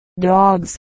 dogs